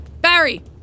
Barry